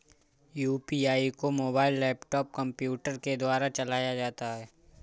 UPI को mobile laptop computer के द्वारा चलाया जाता है